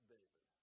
David